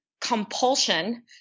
compulsion